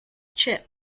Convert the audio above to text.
chip